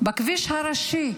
בכביש הראשי,